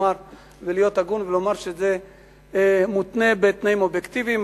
הגון ולומר שזה מותנה בתנאים אובייקטיביים,